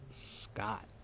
Scott